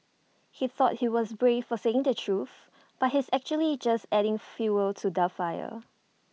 he thought he's brave for saying the truth but he's actually just adding fuel to the fire